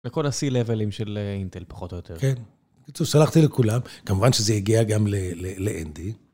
וכל ה-C לבלים של אינטל, פחות או יותר. כן. בקיצור שלחתי לכולם. כמובן שזה הגיע גם לאנדי.